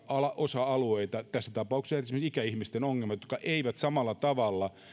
osa alueita tässä tapauksessa esimerkiksi ikäihmisten ongelmat jotka eivät samalla tavalla